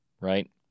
right